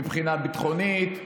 מבחינה ביטחונית,